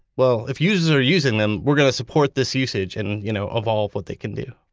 well, if users are using them, we're going to support this usage and you know evolve what they can do.